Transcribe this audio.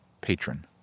patron